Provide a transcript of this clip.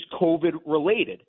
COVID-related